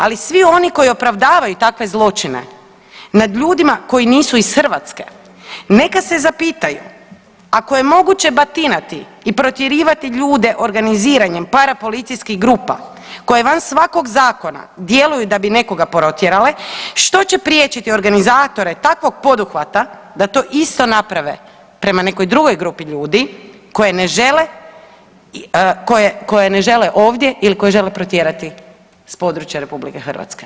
Ali svi oni koji opravdavaju takve zločine nad ljudima koji nisu iz Hrvatske neka se zapitaju ako je moguće batinati i protjerivati ljude organiziranjem parapolicijskih grupa koje van svakog zakona djeluju da bi nekoga protjerale, što će priječiti organizatore takvog poduhvata da to isto naprave prema nekoj drugoj grupi ljudi koje ne žele, koje, koje ne žele ovdje ili koje žele protjerati s područja RH.